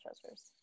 Treasures